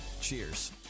Cheers